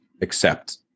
accept